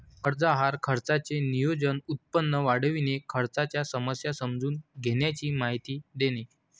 कर्ज आहार खर्चाचे नियोजन, उत्पन्न वाढविणे, खर्चाच्या समस्या समजून घेण्याची माहिती देणे